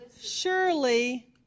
surely